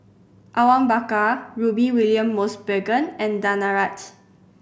Awang Bakar Rudy William Mosbergen and Danaraj